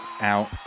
out